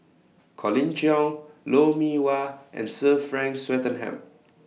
Colin Cheong Lou Mee Wah and Sir Frank Swettenham